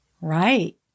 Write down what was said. right